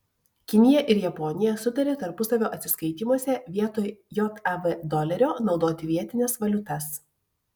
kinija ir japonija sutarė tarpusavio atsiskaitymuose vietoj jav dolerio naudoti vietines valiutas